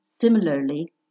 similarly